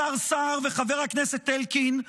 השר סער וחבר הכנסת אלקין,